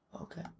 Okay